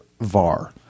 var